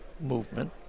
movement